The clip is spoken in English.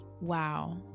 Wow